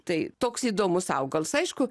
tai toks įdomus augalas aišku